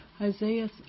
Isaiah